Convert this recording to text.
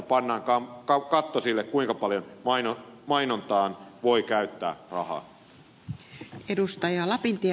pannaan katto sille kuinka paljon mainontaan voi käyttää rahaa